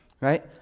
right